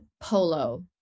polo